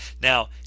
now